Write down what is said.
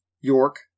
York